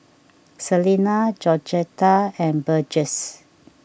Selina Georgetta and Burgess